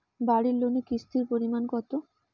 বাড়ি লোনে কিস্তির পরিমাণ কত?